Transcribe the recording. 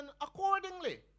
accordingly